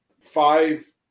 five